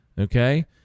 Okay